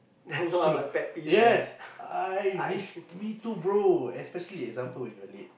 slow yes I me me too bro especially example you're late